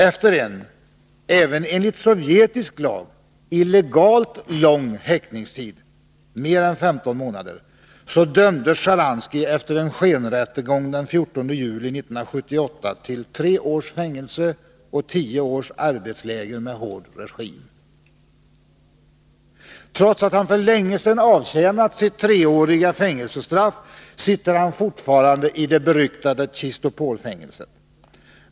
Efter en även enligt sovjetisk lag illegalt lång häktningstid — mer än 15 månader - dömdes Sjtjaranskij efter en skenrättegång den 14 juli 1978 till tre års fängelse och tio års arbetsläger med hård regim. Trots att han för länge sedan avtjänat sitt treåriga fängelsestraff sitter han fortfarande i det beryktade Chistopolfängelset.